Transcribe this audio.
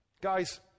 Guys